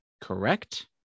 correct